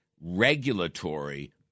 regulatory